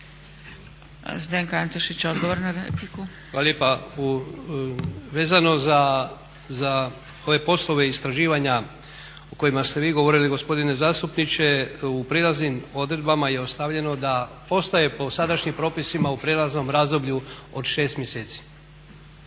**Antešić, Zdenko (SDP)** Hvala lijepa. Vezano za ove poslove istraživanja o kojima ste vi govorili gospodine zastupniče u prijelaznim odredbama je ostavljeno da ostaje po sadašnjim propisima u prijelaznom razdoblju od 6 mjeseci.